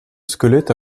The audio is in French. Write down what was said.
squelette